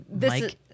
Mike